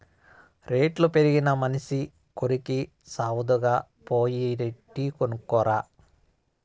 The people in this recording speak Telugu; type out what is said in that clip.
రేట్లు పెరిగినా మనసి కోరికి సావదుగా, పో పోయి టీ కొనుక్కు రా